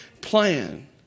plan